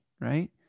right